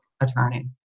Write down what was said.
attorney